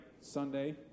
Sunday